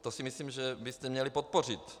To si myslím, že byste měli podpořit.